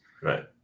Right